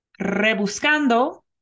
Rebuscando